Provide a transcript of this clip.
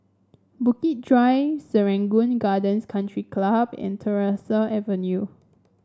Bukit Drive Serangoon Gardens Country Club and Tyersall Avenue